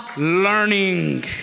learning